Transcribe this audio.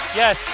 yes